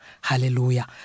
Hallelujah